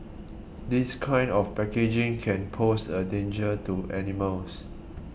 this kind of packaging can pose a danger to animals